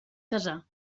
casar